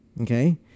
okay